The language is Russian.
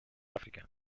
африке